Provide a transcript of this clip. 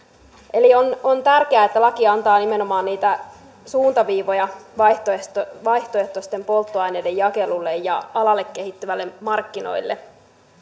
on on tärkeää että laki antaa nimenomaan niitä suuntaviivoja vaihtoehtoisten polttoaineiden jakelulle ja alalle kehittyville markkinoille